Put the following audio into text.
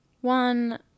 one